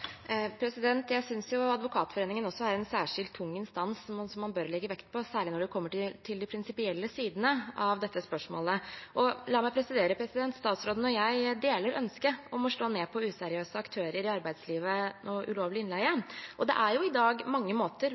Advokatforeningen er en særskilt tung instans som man bør legge vekt på, særlig når det kommer til de prinsipielle sidene av dette spørsmålet. La meg presisere at statsråden og jeg deler ønsket om å slå ned på useriøse aktører i arbeidslivet og ulovlig innleie. Det er jo i dag mange måter